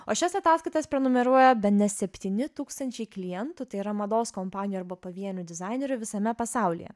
o šias ataskaitas prenumeruoja bene septyni tūkstančiai klientų tai yra mados kompanijų arba pavienių dizainerių visame pasaulyje